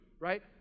right